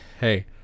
hey-